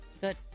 Good